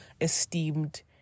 esteemed